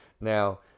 Now